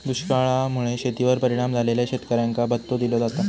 दुष्काळा मुळे शेतीवर परिणाम झालेल्या शेतकऱ्यांका भत्तो दिलो जाता